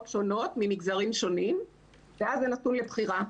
שונות ממגזרים שונים ואז זה נתון לבחירה.